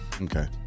Okay